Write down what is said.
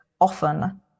often